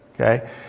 Okay